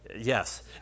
Yes